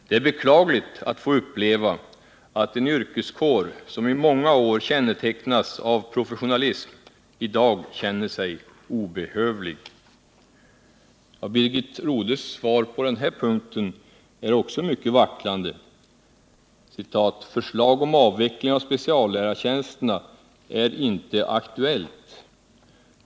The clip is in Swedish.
Det är beklagligt att få uppleva att en yrkeskår, som i många år kännetecknats av professionalism, i dag känner sig obehövlig.” Birgit Rodhes svar också på denna fråga är mycket vacklande — att ”förslag om en avveckling av speciallärartjänsterna ——-— inte är aktuellt”.